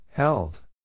Held